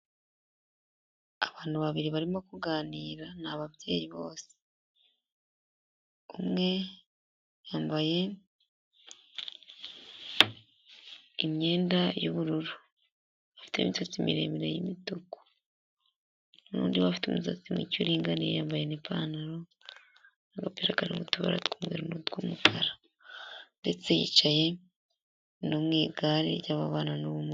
Abantu babiri barimo kuganirabyeyi ni ababyeyi bose .Umwe yambaye imyenda y'ibururu, imisatsi miremire y'imitukura.N' undi afite imisatsi miremire iringaniye ,ipantaro n' agapira karimo utubara tw'umweru n' umukara Ndetse yicaye mu igare ry'ababana n'ubumuga.